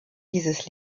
dieses